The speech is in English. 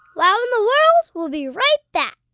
wow in the world will be right back.